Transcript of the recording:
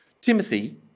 Timothy